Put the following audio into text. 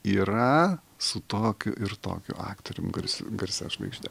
yra su tokiu ir tokiu aktorium garsiu garsia žvaigžde